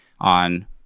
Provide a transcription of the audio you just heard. on